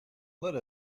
let